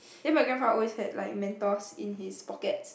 then my grandfather always had like Mentos in his pocket